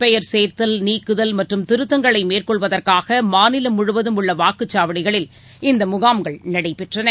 பெயர் சேர்த்தல் நீக்குதல் மற்றும் திருத்தங்களை மேற்கொள்வதற்காக மாநிலம் முழுவதும் உள்ள வாக்குச்சாவடிகளில் இந்த முகாம்கள் நடைபெற்றன